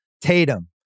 Tatum